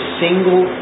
single